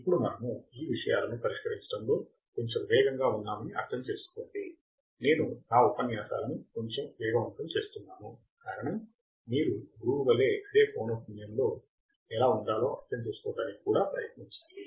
ఇప్పుడు మనము ఈ విషయాలను పరిష్కరించడంలో కొంచెం వేగంగా ఉన్నామని అర్థం చేసుకోండి నేను నా ఉపన్యాసాలను కొంచెం వేగవంతం చేస్తున్నాను కారణం మీరు గురువు వలె అదే పౌనఃపున్యంలో ఎలా ఉండాలో అర్థం చేసుకోవడానికి కూడా ప్రయత్నించాలి